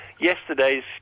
Yesterday's